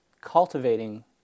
cultivating